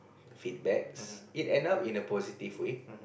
feedbacks it end up in a positive way